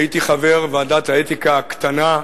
הייתי חבר ועדת האתיקה הקטנה,